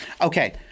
Okay